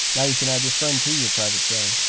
now you can add your friend to your private so